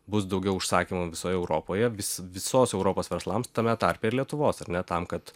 bus daugiau užsakymų visoje europoje vis visos europos verslams tame tarpe ir lietuvos ar ne tam kad